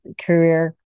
career